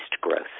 growth